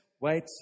wait